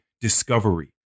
discovery